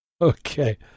Okay